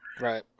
Right